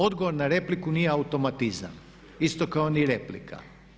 Odgovor na repliku nije automatizam isto kao ni replika.